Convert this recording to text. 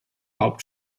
haupt